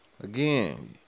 again